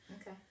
Okay